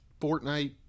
Fortnite